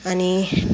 अनि